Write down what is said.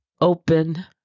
open